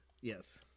Yes